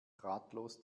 ratlos